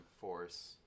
force